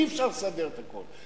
אי-אפשר לסדר את הכול.